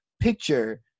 picture